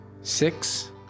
six